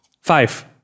Five